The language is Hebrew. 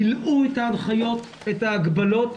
מילאו את ההנחיות, את ההגבלות,